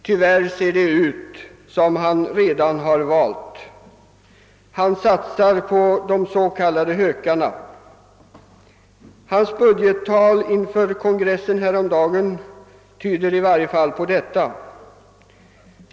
Tyvärr ser det ut som han redan hade valt. Han satsar på de s.k. hökarna. Hans budgettal inför kongressen häromdagen tyder i varje fall på det.